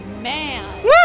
Man